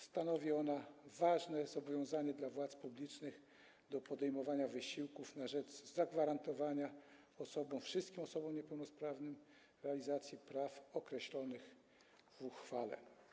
Stanowi ona ważne zobowiązanie władz publicznych do podejmowania wysiłków na rzecz zagwarantowania wszystkim osobom niepełnosprawnym realizacji praw określonych w uchwale.